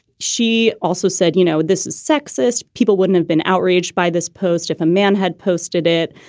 she also said, you know, this is sexist. people wouldn't have been outraged by this post if a man had posted it.